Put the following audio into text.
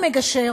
שמו